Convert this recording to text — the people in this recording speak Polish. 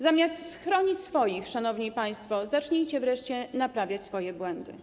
Zamiast chronić swoich, szanowni państwo, zacznijcie wreszcie naprawiać swoje błędy.